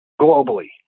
globally